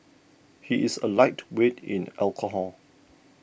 he is a lightweight in alcohol